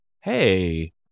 Hey